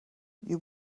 you